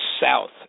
South